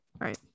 right